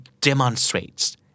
demonstrates